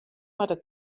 moatte